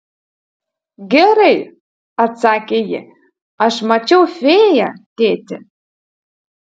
gerai atsakė ji aš mačiau fėją tėti